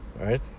right